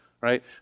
right